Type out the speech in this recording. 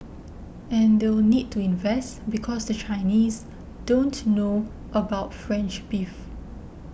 and they'll need to invest because the Chinese don't know about French beef